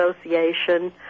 Association